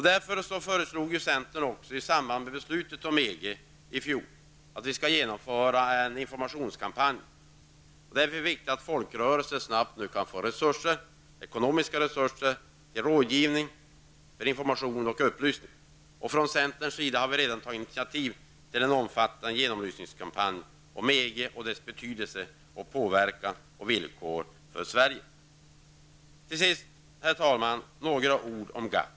Därför föreslog också centern i samband med beslutet om EG i fjol att vi skall genomföra en informationskampanj. Därför är det viktigt att folkrörelserna snabbt kan få ekonomiska resurser för rådgivning, information och upplysning. Från centerns sida har vi redan tagit initiativ till en omfattande upplysningskampanj om EG och dess betydelse, villkor och påverkan på svensk politik. Till sist, herr talman, några ord om GATT.